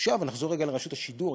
עכשיו נחזור רגע לרשות השידור,